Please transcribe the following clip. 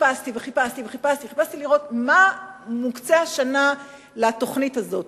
חיפשתי וחיפשתי וחיפשתי וחיפשתי לראות מה מוקצה השנה לתוכנית הזאת,